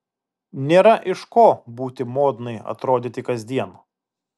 nėra iš ko būti modnai atrodyti kasdien